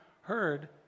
heard